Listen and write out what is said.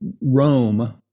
Rome